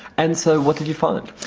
and so what did you find?